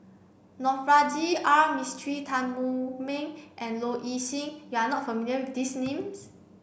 Navroji R Mistri Tan Wu Meng and Low Ing Sing you are not familiar with these names